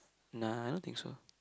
nah I don't think so